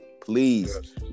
Please